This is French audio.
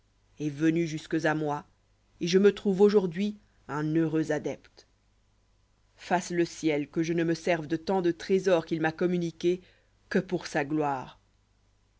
est venu jusques à moi et je me trouve aujourd'hui un heureux adepte fasse le ciel que je ne me serve de tant de trésors qu'il m'a communiqués que pour sa gloire